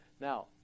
Now